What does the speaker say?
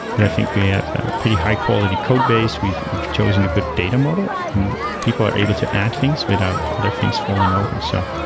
and i think we have a pretty high-quality codebase. we've we've chosen a good data model and people are able to add things without other things falling over. so,